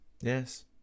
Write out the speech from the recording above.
Yes